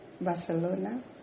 Barcelona